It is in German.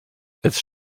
ist